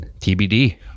TBD